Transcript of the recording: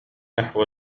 نحو